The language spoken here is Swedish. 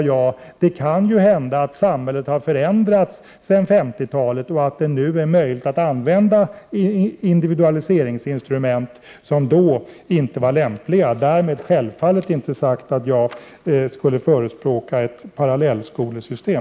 Jag menar att samhället ju kan ha förändrats sedan 50-talet, och nu kan det vara möjligt att använda individualiseringsinstrument som inte var lämpliga på 50-talet. Självfallet är det därmed inte sagt att jag skulle förespråka ett parallellskolesystem.